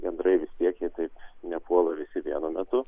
gandrai visiems jie taip nepuola visi vienu metu